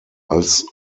als